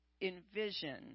envision